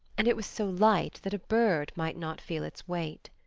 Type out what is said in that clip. and it was so light that a bird might not feel its weight.